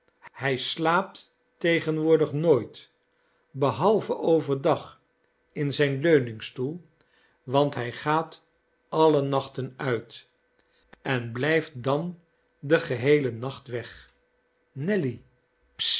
hij slaapt tegenwoordig nooit behalve over dag in zijn leuningstoel want hij gaat alle nachten uit en blijft dan den geheelen nacht weg nelly